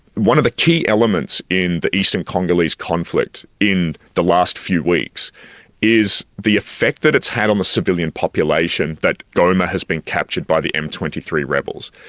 one of the key elements in the eastern congolese conflict in the last few weeks is the effect that it's had on the civilian population that goma has been captured by the m two three rebels.